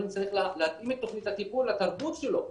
צריך להתאים את תוכנית הטיפול לתרבות שלו,